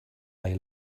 they